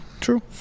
true